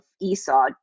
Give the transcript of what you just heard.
esau